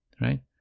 right